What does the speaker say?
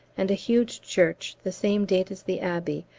and a huge church the same date as the abbey,